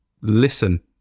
listen